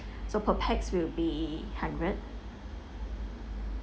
so per pax will be a hundred